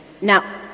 Now